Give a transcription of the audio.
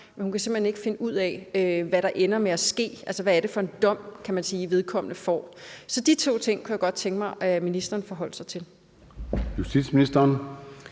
men hun kan simpelt hen ikke finde ud af, hvad der ender med at ske, altså hvad det er for en dom, vedkommende får. Så de to ting kunne jeg godt tænke mig at ministeren forholdt sig til. Kl.